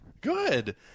Good